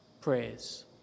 prayers